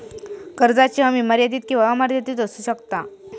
कर्जाची हमी मर्यादित किंवा अमर्यादित असू शकता